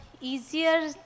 easier